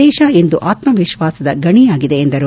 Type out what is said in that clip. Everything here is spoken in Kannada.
ದೇಶ ಇಂದು ಆತ್ಮಾವಿಶ್ವಾಸದ ಗಣಿಯಾಗಿದೆ ಎಂದರು